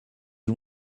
you